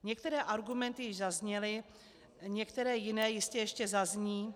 Některé argumenty již zazněly, některé jiné ještě zazní.